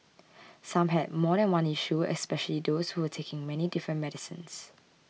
some had more than one issue especially those who were taking many different medicines